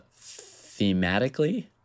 thematically